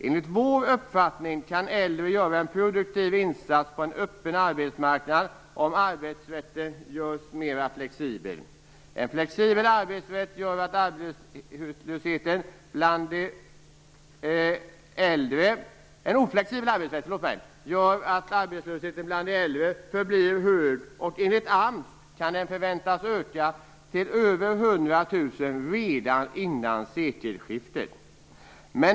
Enligt vår uppfattning kan äldre göra en produktiv insats på en öppen arbetsmarknad om arbetsrätten görs mer flexibel. En oflexibel arbetsrätt gör att arbetslösheten bland de äldre förblir hög, och enligt AMS kan antalet arbetslösa förväntas öka till över 100 000 redan innan sekelskiftet.